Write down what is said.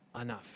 enough